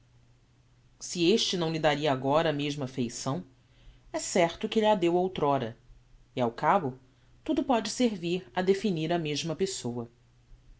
se este não lhe daria agora a mesma feição é certo que lh'a deu outr'ora e ao cabo tudo pode servir a definir a mesma pessoa